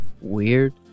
Weird